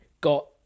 got